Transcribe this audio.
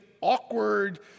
awkward